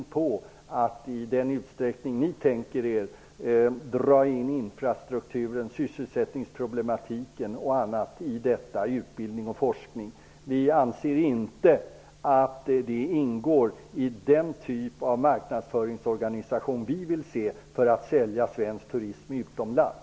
Vi anser inte att man i den utsträckning ni tänkt er skall dra in frågan infrastrukturen, sysselsättningsproblematiken och annat i detta, t.ex. utbildning och forskning. Vi anser inte att det skall ingå i den typ av marknadsföringsorganisation som vi vill se för att sälja svensk turism utomlands.